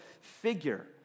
figure